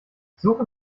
suche